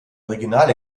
regional